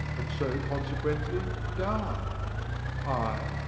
and so consequently die ay,